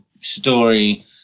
story